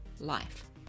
life